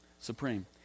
supreme